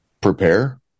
Prepare